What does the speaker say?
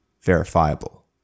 verifiable